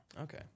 Okay